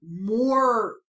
more